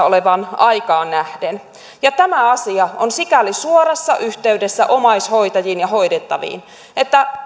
olevaan aikaan nähden tämä asia on sikäli suorassa yhteydessä omaishoitajiin ja hoidettaviin että